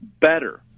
better